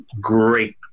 great